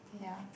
ya